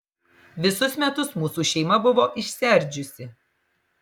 visus metus mūsų šeima buvo išsiardžiusi